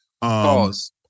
Pause